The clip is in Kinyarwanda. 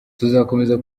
tuzakomeza